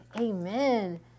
amen